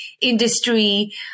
industry